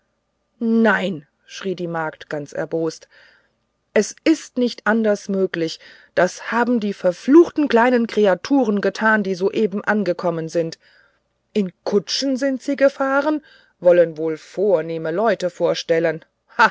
nein schrie die magd ganz erbost es ist nicht anders möglich das haben die verfluchten kleinen kreaturen getan die soeben angekommen sind in kutschen sind sie gefahren wollen wohl vornehme leute vorstellen